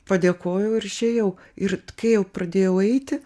padėkojau ir išėjau ir kai jau pradėjau eiti